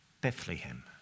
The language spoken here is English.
Bethlehem